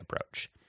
approach